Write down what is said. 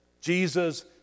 Jesus